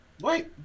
Wait